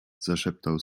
zaszeptał